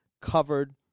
covered